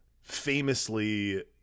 famously